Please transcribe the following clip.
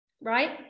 right